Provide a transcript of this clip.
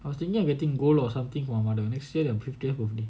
I was thinking of getting gold or something for my mother next year her fiftieth birthday